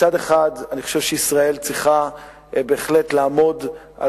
מצד אחד אני חושב שישראל צריכה בהחלט לעמוד על